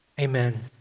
amen